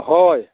হয়